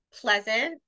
pleasant